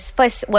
first